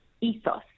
ethos